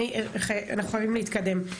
אנחנו יכולים להתקדם.